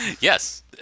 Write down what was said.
Yes